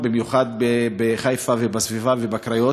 במיוחד בחיפה ובסביבה ובקריות,